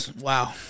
wow